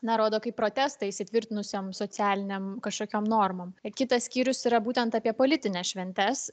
na rodo kaip protestą įsitvirtinusiom socialinėm kažkokiom normom ir kitas skyrius yra būtent apie politines šventes